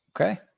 Okay